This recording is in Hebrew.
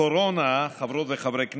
הקורונה, חברות וחברי הכנסת,